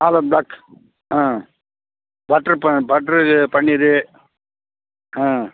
ஆலு ப்ளாக் ஆ பட்ரு ப பட்ரு இது பன்னீரு ஆ